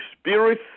Spirit